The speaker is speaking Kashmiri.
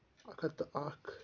اَکھ ہَتھ تہٕ اَکھ